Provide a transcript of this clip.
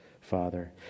Father